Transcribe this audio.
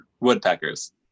Woodpeckers